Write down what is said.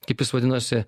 kaip jis vadinosi